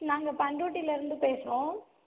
நாங்கள் பண்ரூட்டியிலேருந்து பேசுகிறோம்